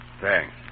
Thanks